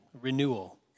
renewal